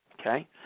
Okay